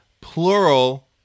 plural